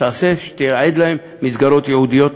אם תייעד להם מסגרות ייעודיות.